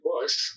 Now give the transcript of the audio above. bush